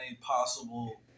possible